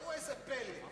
ראו איזה פלא.